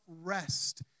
rest